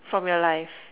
from your life